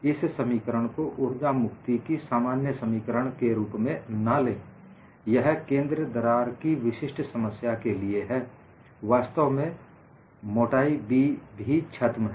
इस समीकरण को उर्जा मुक्ति की सामान्य समीकरण के रूप में ना लें यह केंद्र दरार की विशिष्ट समस्या के लिए है वास्तव में मोटाई B भी छद्म है